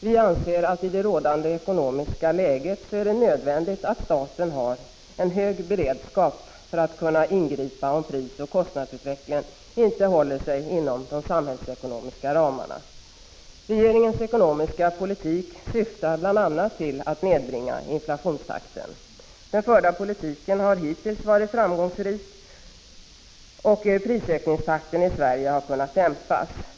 Vi anser att det i rådande ekonomiska läge är nödvändigt att staten har en hög beredskap för att kunna ingripa om prisoch kostnadsutvecklingen inte håller sig inom de samhällsekonomiska ramarna. Regeringens ekonomiska politik syftar bl.a. till att nedbringa inflations takten. Den förda politiken har hittills varit framgångsrik, och prisökningstakten i Sverige har kunnat dämpas.